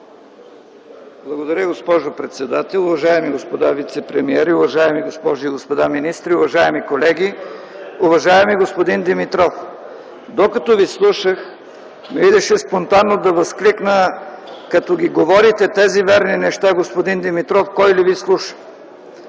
Уважаема госпожо председател, уважаеми господа вицепремиери, уважаеми госпожи и господа министри, уважаеми колеги, уважаеми господин Димитров! Докато Ви слушах, ми идваше спонтанно да възкликна: „Като ги говорите тези верни неща, господин Димитров, кой ли Ви слуша?”.